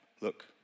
look